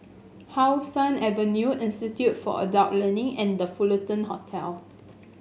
How Sun Avenue Institute for Adult Learning and The Fullerton Hotel